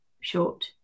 short